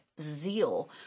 zeal